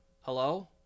Hello